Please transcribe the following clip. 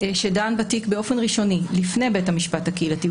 שדן בתיק באופן ראשוני לפני בית המשפט הקהילתי,